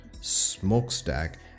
smokestack